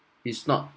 it's not